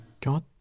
God